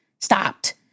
stopped